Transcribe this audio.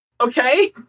Okay